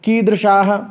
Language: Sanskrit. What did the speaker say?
कीदृशाः